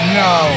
no